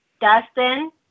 Dustin